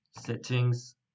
settings